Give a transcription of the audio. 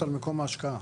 התחרות על מקום ההשקעה.